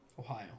Ohio